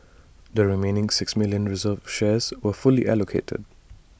the remaining six million reserved shares were fully allocated